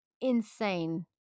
insane